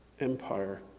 empire